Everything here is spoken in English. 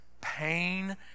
pain